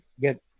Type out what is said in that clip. get